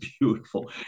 beautiful